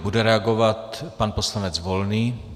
Bude reagovat pan poslanec Volný.